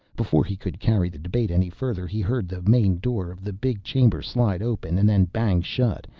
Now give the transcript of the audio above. before he could carry the debate any further, he heard the main door of the big chamber slide open and then bang shut,